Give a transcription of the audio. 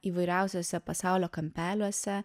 įvairiausiuose pasaulio kampeliuose